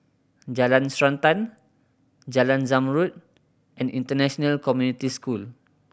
Jalan Srantan Jalan Zamrud and International Community School